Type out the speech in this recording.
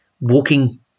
walking